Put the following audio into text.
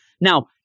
now